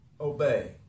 obey